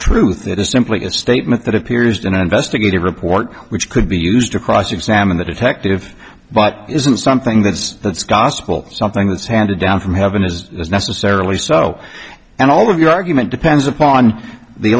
truth that is simply a statement that appears in investigative report which could be used to cross examine the detective but isn't something that's that's gospel something that's handed down from heaven as is necessarily so and all of your argument depends upon the